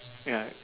ya